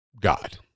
God